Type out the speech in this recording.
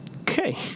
Okay